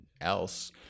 else